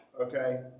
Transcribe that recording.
Okay